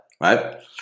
right